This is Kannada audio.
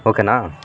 ಓಕೆಯಾ